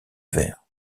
vert